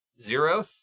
Zero